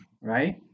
right